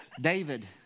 David